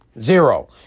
Zero